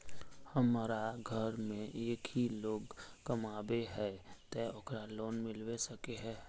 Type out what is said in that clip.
हमरा घर में एक ही लोग कमाबै है ते ओकरा लोन मिलबे सके है?